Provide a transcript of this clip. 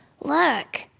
Look